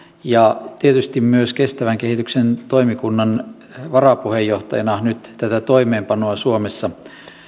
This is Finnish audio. ja tietysti myös kestävän kehityksen toimikunnan varapuheenjohtajana nyt tätä toimeenpanoa suomessa